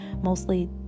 mostly